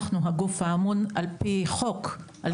אנחנו הגוף האמון על פי חוק על התחדשות עירונית.